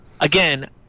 again